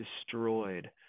destroyed